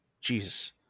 Jesus